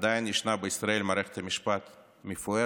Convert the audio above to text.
בישראל ישנה עדיין מערכת משפט מפוארת,